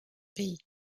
pays